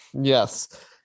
Yes